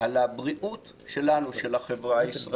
על הבריאות שלנו,